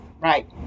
Right